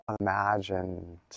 imagined